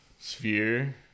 sphere